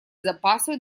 запасы